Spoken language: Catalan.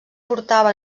portava